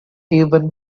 even